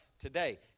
Today